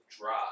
dry